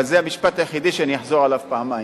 אבל זה המשפט היחידי שאני אחזור עליו פעמיים,